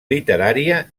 literària